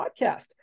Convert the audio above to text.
podcast